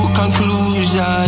conclusion